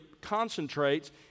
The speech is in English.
concentrates